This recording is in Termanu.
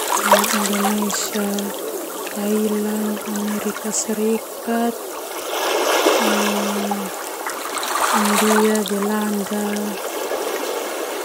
Indonesia, Thailand, Amerika Serikat, ini India, Belanda.